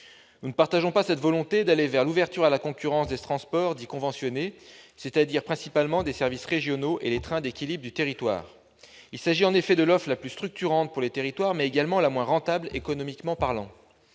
Nous ne partageons pas cette volonté d'aller vers l'ouverture à la concurrence des transports dits « conventionnés », c'est-à-dire principalement les services régionaux et les trains d'équilibre du territoire. En effet, il s'agit non seulement de l'offre la plus structurante pour les territoires, mais aussi de l'offre la moins rentable économiquement parlant.